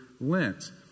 Lent